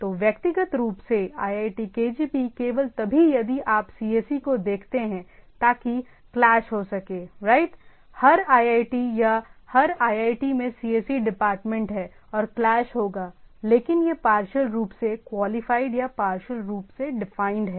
तो व्यक्तिगत रूप से iitkgp केवल तभी यदि आप cse को देखते हैं ताकि क्लैश हो सके राइट हर iit या हर iit में cse डिपार्टमेंट है और क्लैश होगा लेकिन यह पार्शियल रूप से क्वालिफाइड या पार्शियल रूप से डिफाइंड है